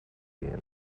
gehen